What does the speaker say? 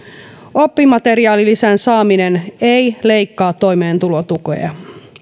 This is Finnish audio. oppimateriaalilisän saaminen ei leikkaa toimeentulotukea